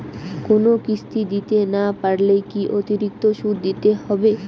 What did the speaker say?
কোনো কিস্তি দিতে না পারলে কি অতিরিক্ত সুদ দিতে হবে?